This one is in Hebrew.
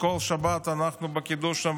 כל שבת אנחנו אומרים בקידוש: